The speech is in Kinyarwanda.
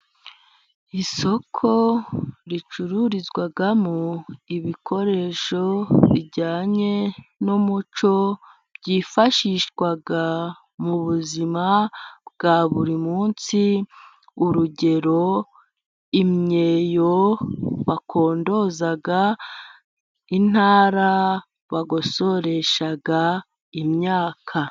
Isoko ricururizwamo ibikoresho bijyanye n'umuco byifashishwa mu buzima bwa buri munsi, urugero: imyeyo bakondoza, intara bagosoresha imyaka.